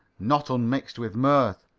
not unmixed with mirth.